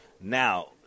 Now